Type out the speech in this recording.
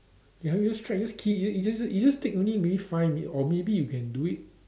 ya you just try you just key you just you just you just take only maybe five minute or maybe you can do it